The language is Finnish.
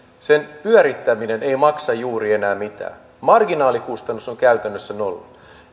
sen pyörittäminen ei maksaa enää juuri mitään marginaalikustannus on käytännössä nolla